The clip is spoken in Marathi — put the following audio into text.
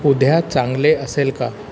उद्या चांगले असेल का